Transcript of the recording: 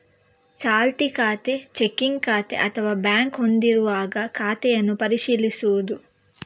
ಚಾಲ್ತಿ ಖಾತೆ, ಚೆಕ್ಕಿಂಗ್ ಖಾತೆ ಅಥವಾ ಬ್ಯಾಂಕ್ ಹೊಂದಿರುವಾಗ ಖಾತೆಯನ್ನು ಪರಿಶೀಲಿಸುವುದು